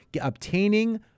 obtaining